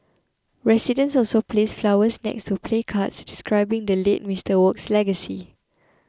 residents also placed flowers next to placards describing the late Mister Wok's legacy